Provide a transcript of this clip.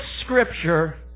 Scripture